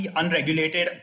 unregulated